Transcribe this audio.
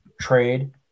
trade